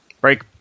Break